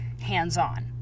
hands-on